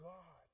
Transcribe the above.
God